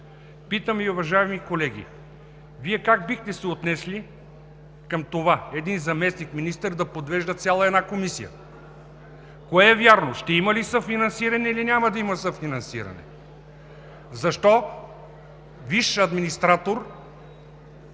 Питам Ви, уважаеми колеги, Вие как бихте се отнесли към това – един заместник-министър да подвежда цяла една Комисия? Кое е вярно? Ще има ли съфинансиране, или няма да има съфинансиране? Защо висш администратор